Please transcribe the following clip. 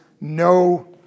no